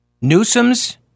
Newsom's